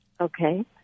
Okay